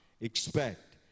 expect